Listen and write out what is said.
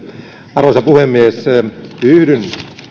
arvoisa puhemies yhdyn